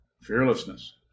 Fearlessness